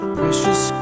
precious